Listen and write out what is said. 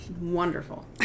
wonderful